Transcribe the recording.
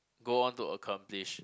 go on to accomplish